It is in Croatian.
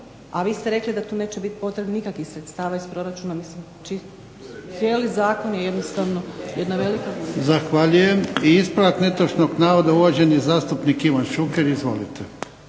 vi ste rekli da to neće biti potrebno nikakvih sredstava iz proračuna. Mislim cijeli zakon je jednostavno jedna velika glupost. **Jarnjak, Ivan (HDZ)** Zahvaljujem. I ispravak netočnog navoda, uvaženi zastupnik Ivan Šuker. Izvolite.